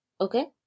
Okay